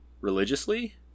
religiously